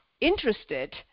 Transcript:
interested